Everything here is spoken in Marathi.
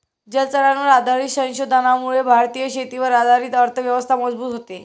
जलचरांवर आधारित संशोधनामुळे भारतीय शेतीवर आधारित अर्थव्यवस्था मजबूत होते